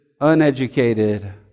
uneducated